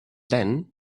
then